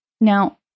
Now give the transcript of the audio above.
Now